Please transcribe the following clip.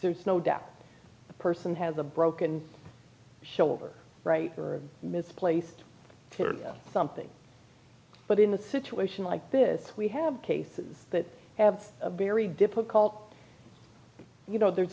there's no doubt the person has a broken shoulder right or a misplaced or something but in a situation like this we have cases that have a very difficult you know there's